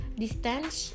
distance